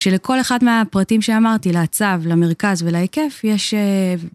כשלכל אחד מהפרטים שאמרתי, לעצב, למרכז ולהיקף, יש...